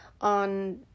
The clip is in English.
on